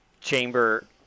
chamber